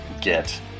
get